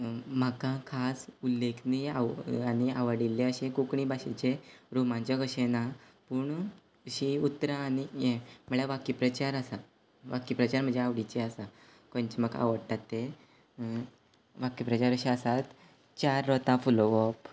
म्हाका खास उल्लेखनीय आव आनी आवडील्लें अशें कोंकणी भाशेचें रोमांचक अशें ना पूण अशीं उतरां आनी यें म्हळ्ळ्या वाक्यप्रचार आसा वाक्यप्रचार म्हाजे आवडीचे आसा खंयच म्हाका आवडटात ते वाक्यप्रचार अशे आसात चार रोतां फुलोवप